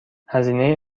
هزینه